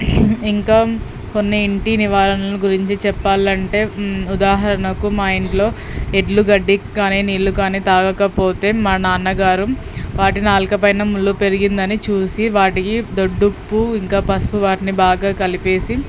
ఇంకా కొన్నింటి నివారణల గురించి చెప్పాలంటే ఉదాహరణకు మా ఇంట్లో ఎడ్లు గడ్డి కానీ నీళ్ళు కానీ తాగకపోతే మా నాన్నగారు వాటి నాలుకపైన ముళ్ళు పెరిగిందని చూసి వాటికి దొడ్డుప్పు ఇంకా పసుపు వాటిని బాగా కలిపేసి